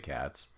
Cats